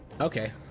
Okay